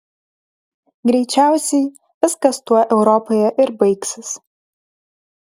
greičiausiai viskas tuo europoje ir baigsis